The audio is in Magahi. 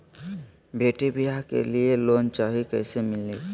बेटी ब्याह के लिए लोन चाही, कैसे मिली?